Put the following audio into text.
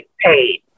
paid